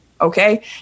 okay